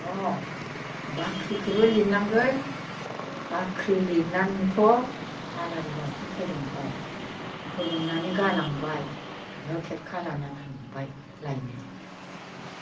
अ बाख्रिखौबो लिरनांगोन बाख्रि लिरनानैनोथ' आलारि बाथि फोजोंबाय फोजोंनानै गालांबाय बेखौ खेरखा लानानै थांबाय लायनो